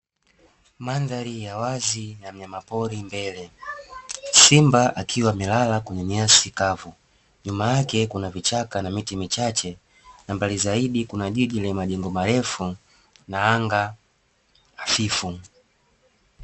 Mandhari ya wazi ya mnyama pori mbele, simba akiwa amelala kwenye nyasi kavu, nyuma yake kuna vichaka na miti michache na mbali zaidi kuna jiji lenye majengo marefu na anga hafifu.